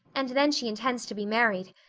and then she intends to be married.